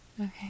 Okay